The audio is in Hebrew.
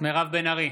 מירב בן ארי,